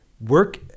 work